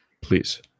Please